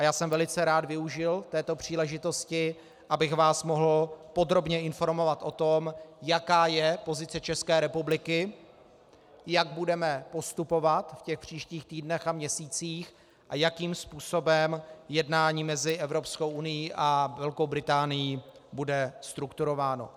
Já jsem velice rád využil této příležitosti, abych vás mohl podrobně informovat o tom, jaká je pozice České republiky, jak budeme postupovat v příštích týdnech a měsících a jakým způsobem jednání mezi Evropskou unií a Velkou Británií bude strukturováno.